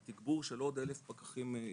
זה תגבור של עוד אלף פקחים עירוניים.